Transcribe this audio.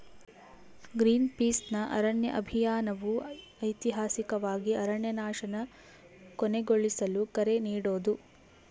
ಗ್ರೀನ್ಪೀಸ್ನ ಅರಣ್ಯ ಅಭಿಯಾನವು ಐತಿಹಾಸಿಕವಾಗಿ ಅರಣ್ಯನಾಶನ ಕೊನೆಗೊಳಿಸಲು ಕರೆ ನೀಡೋದು